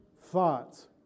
Thoughts